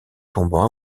tombant